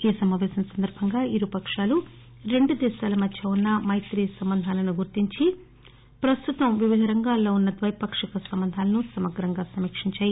ఈ సమాపేశం సందర్భంగా ఇరుపక్షాలు రెండు దేశాల మధ్య ఉన్న మైత్రీ సంబంధాలను గుర్తించి ప్రస్తుతం వివిధ రంగాల్లో ఉన్న ద్వైపాక్షిక సంబంధాలను సమగ్రంగా సమీకించాయి